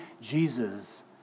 Jesus